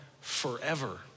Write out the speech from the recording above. forever